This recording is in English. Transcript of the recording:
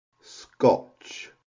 scotch